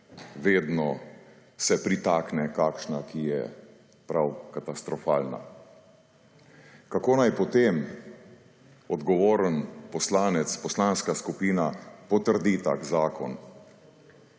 vedno se pritakne kakšna, ki je prav katastrofalna. Kako naj potem odgovoren poslanec, poslanska skupina potrdi tak zakon?